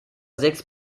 sechs